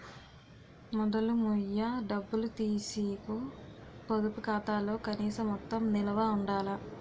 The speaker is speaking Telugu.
మొదలు మొయ్య డబ్బులు తీసీకు పొదుపు ఖాతాలో కనీస మొత్తం నిలవ ఉండాల